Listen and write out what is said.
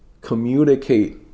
communicate